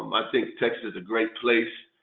um i think texas is a great place.